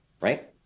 Right